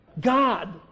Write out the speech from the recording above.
God